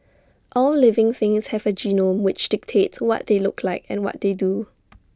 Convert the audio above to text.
all living things have A genome which dictates what they look like and what they do